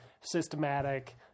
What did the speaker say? systematic